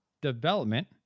Development